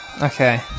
Okay